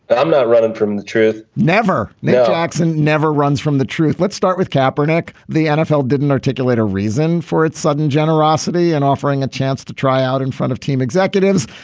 i'm not running from the truth. never. no jackson never runs from the truth. let's start with cap or. the nfl didn't articulate a reason for its sudden generosity and offering a chance to try out in front of team executives.